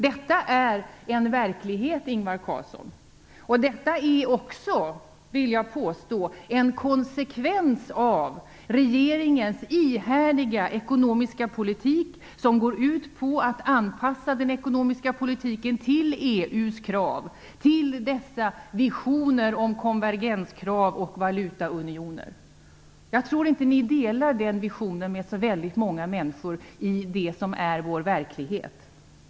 Detta är en verklighet, och det är - vill jag påstå - en konsekvens av regeringens ihärdiga ekonomiska politik som går ut på att anpassa den ekonomiska politiken till EU:s krav, till visionerna om konvergenskrav och valutaunioner. Jag tror inte att ni delar den visionen med särskilt många människor i det som är vår verklighet.